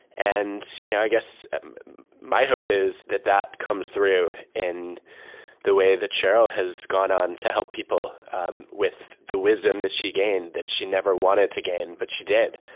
and you know i guess my hope is that that comes through in the way that sheryl has gone on to help people with the wisdom that she gained, that she never wanted to gain, but she did.